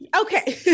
Okay